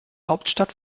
hauptstadt